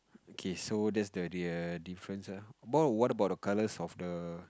okay so that's the real difference ah what about the colors of the